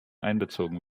einbezogen